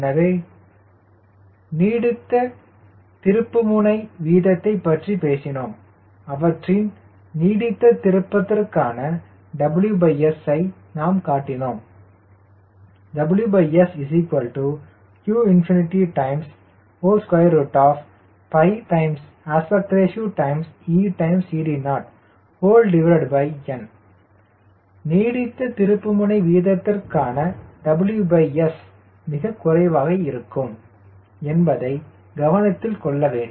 எனவே நீடித்த திருப்புமுனை வீதத்தைப் பற்றி பேசினோம் அவற்றின் நீடித்த திருப்பத்திற்கான WS ஐ நாம் காட்டினோம் WSqπAReCD0n நீடித்த திருப்புமுனை வீதத்திற்கான WS மிகக் குறைவாக இருக்கும் என்பதை கவனத்தில் கொள்ள வேண்டும்